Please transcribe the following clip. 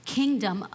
kingdom